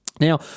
Now